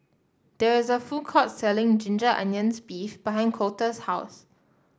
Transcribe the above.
there is a food court selling Ginger Onions beef behind Colter's house